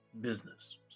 business